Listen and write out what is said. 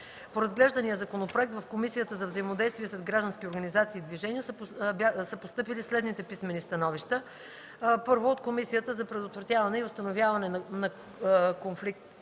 По разглеждания законопроект в Комисията за взаимодействие с граждански организации и движения са постъпили следните писмени становища: 1. Комисията за предотвратяване и установяване на конфликт